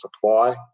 supply